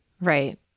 Right